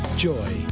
joy